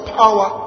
power